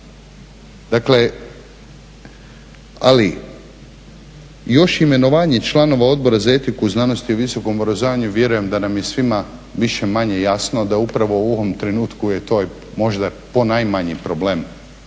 Dakle, ali još imenovanje članova Odbora za etiku znanosti i visokog obrazovanja vjerujem da nam je svima više-manje jasno da upravo u ovom trenutku je to možda ponajmanji problem